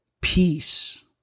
peace